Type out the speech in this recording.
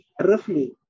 roughly